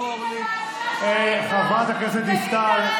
חברת הכנסת דיסטל,